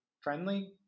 friendly